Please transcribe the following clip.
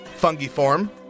Fungiform